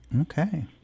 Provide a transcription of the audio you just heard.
Okay